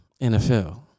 NFL